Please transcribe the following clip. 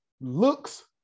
looks